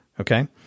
Okay